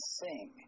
sing